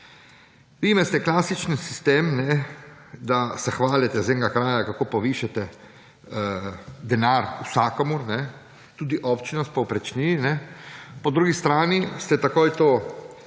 Vi imate klasičen sistem, da se hvalite iz enega konca, kako povišate denar vsakomur, tudi občinam s povprečnino, po drugi strani ste takoj to,